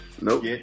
nope